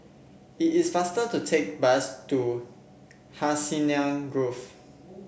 it is faster to take bus to Hacienda Grove